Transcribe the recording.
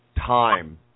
time